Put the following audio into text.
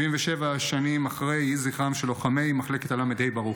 77 שנים אחרי, יהי זכרם של לוחמי מחלקת הל"ה ברוך.